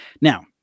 Now